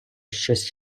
щось